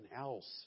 else